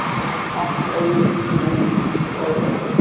and i talk way too slowly.